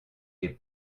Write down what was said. les